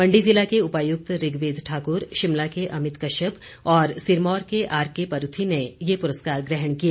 मण्डी जिला के उपायुक्त ऋग्वेद ठाकुर शिमला के अमित कश्यप और सिरमौर के आर के परूथी ने ये पुरस्कार ग्रहण किए